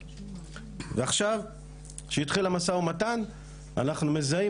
ועכשיו כשהתחיל המשא ומתן אנחנו מזהים